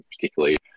particularly